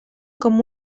com